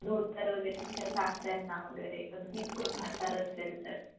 धोतर वगैरे तिच्या सासऱ्यांना वगैरे अगदीच कोणी म्हातारं असेल तर